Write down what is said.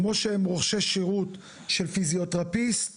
כמבוטח שרוכש שירות של פיזיותרפיסט